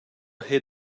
hid